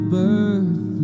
birth